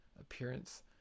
appearance